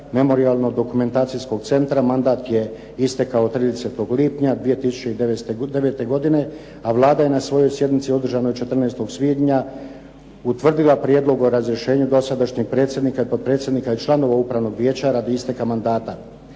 Memorijalno-dokumentacijskog centra mandat je istekao 30. lipnja 2009. godine a Vlada je na svojoj sjednici održanoj 14. svibnja utvrdila Prijedlog o razrješenju dosadašnjeg predsjednika, potpredsjednika i članova upravnog vijeća radi isteka mandata.